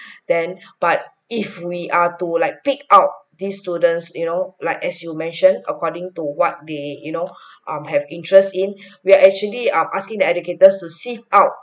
then but if we are to like pick out these students you know like as you mentioned according to what the you know um have interest in we are actually um asking to educators to seek out